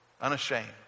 Unashamed